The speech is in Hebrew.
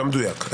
לא מדויק.